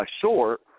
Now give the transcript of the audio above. short